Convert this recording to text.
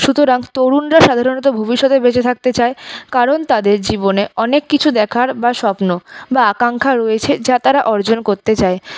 তরুণরা সাধারণত ভবিষ্যতে বেঁচে থাকতে চায় কারণ তাদের জীবনে অনেক কিছু দেখার বা স্বপ্ন বা আকাঙ্ক্ষা রয়েছে যা তারা অর্জন করতে চায়